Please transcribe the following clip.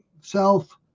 Self